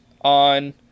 on